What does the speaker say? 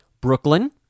Brooklyn